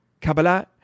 Kabbalah